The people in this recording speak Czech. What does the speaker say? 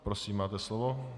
Prosím, máte slovo.